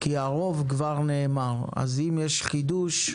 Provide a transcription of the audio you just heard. כי הרוב כבר נאמר אז אם יש חידוש,